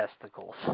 testicles